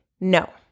No